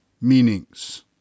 meanings